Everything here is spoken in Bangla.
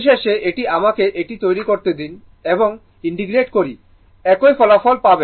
পরিশেষে যদি আমি এটি তৈরি করি এবং ইন্টিগ্রেট করি একই ফলাফল পাব